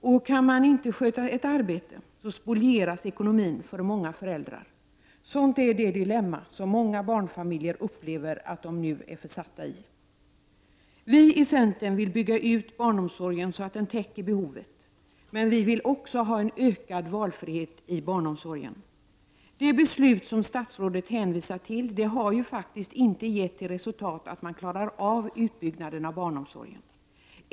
Om föräldrarna inte kan sköta ett arbete, spolieras ekonomin för många av dem. Sådant är det dilemma som många barnfamiljer upplever att de just nu är försatta i. Vi i centern vill bygga ut barnomsorgen så att den täcker behovet, men vi vill också ha en ökad valfrihet i barnomsorgen. Det beslut som statsrådet hänvisar till har faktiskt inte gett som resultat att man klarar av utbyggnaden av barnomsorgen.